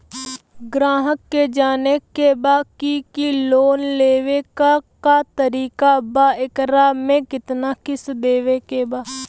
ग्राहक के जाने के बा की की लोन लेवे क का तरीका बा एकरा में कितना किस्त देवे के बा?